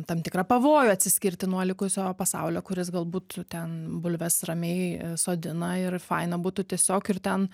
tam tikrą pavojų atsiskirti nuo likusio pasaulio kuris gal būt ten bulves ramiai sodina ir faina būtų tiesiog ir ten